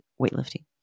weightlifting